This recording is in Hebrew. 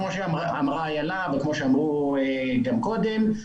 כמו שאמרה איילה וכמו שאמרו גם קודם,